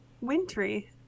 wintry